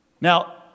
Now